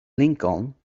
lincoln